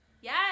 Yes